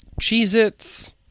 Cheez-Its